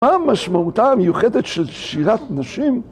מה המשמעותה המיוחדת של שירת נשים?